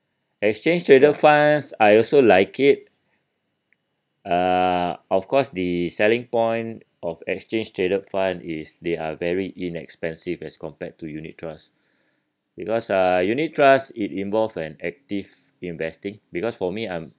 exchange trader funds I also like it uh of course the selling point of exchange traded fund is they are very inexpensive as compared to unit trust because uh unit trust it involve an active investing because for me I'm